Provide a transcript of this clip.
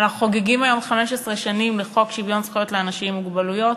אנחנו חוגגים היום 15 שנים לחוק שוויון זכויות לאנשים עם מוגבלות,